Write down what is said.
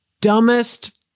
dumbest